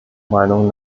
meinung